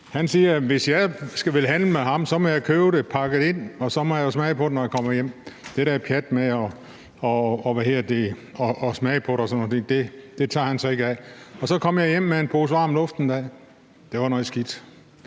tit, siger, at hvis jeg vil handle med ham, må jeg købe det pakket ind, og så må jeg jo smage på det, når jeg kommer hjem. Det der pjat med at smage på det og sådan noget tager han sig ikke af. Og så kom jeg hjem med en pose varm luft en dag. Det var noget skidt.